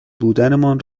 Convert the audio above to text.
بودنمان